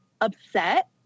upset